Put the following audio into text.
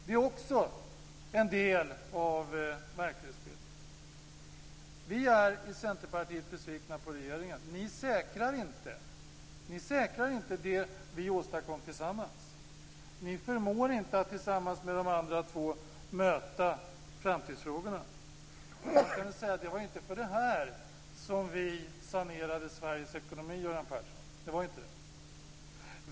Det är också en del av verklighetsbilden. Vi är i Centerpartiet besvikna på regeringen. Ni säkrar inte det som vi åstadkom tillsammans. Regeringen förmår inte att tillsammans med de andra två möta framtidsfrågorna. Det var inte för det här som vi sanerade Sveriges ekonomi, Göran Persson. Det var inte det.